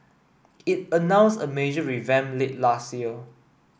it announced a major revamp late last year